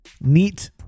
Neat